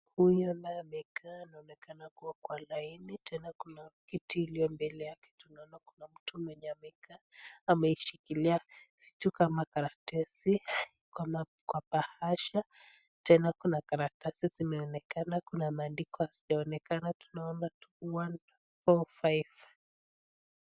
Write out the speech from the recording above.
Huyu ambaye amekaa anaonekana kuwa kwa laini tena kuna kiti iliyombele yake tunaona kuna mtu mwenye amekaa ameshikilia kitu kama karatasi kwa bahasha tena kuna karatasi zimeonekana kuna maandiko hazijaonekana tunaona tu 105.